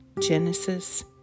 Genesis